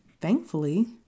thankfully